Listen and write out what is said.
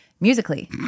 musically